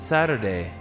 Saturday